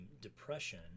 depression